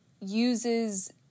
uses